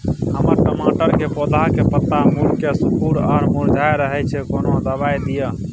हमर टमाटर के पौधा के पत्ता मुड़के सिकुर आर मुरझाय रहै छै, कोन दबाय दिये?